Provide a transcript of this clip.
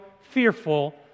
fearful